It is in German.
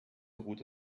route